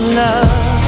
love